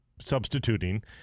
substituting